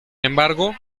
embargo